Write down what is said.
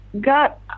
got